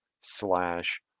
slash